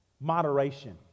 moderation